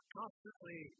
constantly